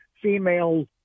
female